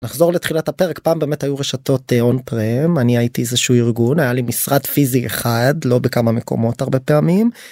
נחזור לתחילת הפרק פעם באמת היו רשתות און פרם אני הייתי איזשהו ארגון היה לי משרד פיזי אחד לא בכמה מקומות הרבה פעמים.